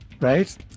right